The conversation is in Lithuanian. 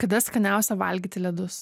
kada skaniausia valgyti ledus